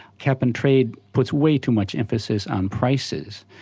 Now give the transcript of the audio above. cap and trade puts way too much emphasis on prices,